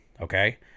okay